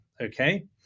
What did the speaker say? Okay